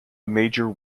major